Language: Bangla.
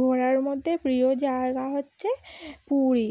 ঘোরার মধ্যে প্রিয় জায়গা হচ্ছে পুরী